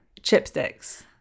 Chipsticks